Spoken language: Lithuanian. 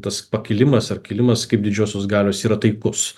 tas pakilimas ar kilimas kaip didžiosios galios yra taikus